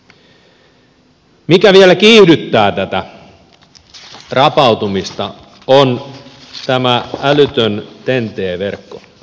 se mikä vielä kiihdyttää tätä rapautumista on tämä älytön ten t verkko